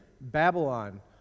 Babylon